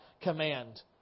command